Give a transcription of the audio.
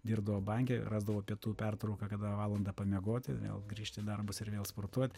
dirbdavo banke rasdavo pietų pertrauką kada valandą pamiegoti vėl grįžti į darbus ir vėl sportuot